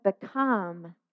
become